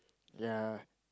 ya